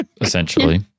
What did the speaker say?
Essentially